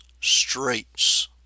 straits